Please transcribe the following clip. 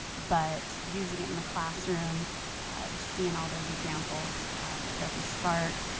but using it in the classroom seeing all those examples adobe spark.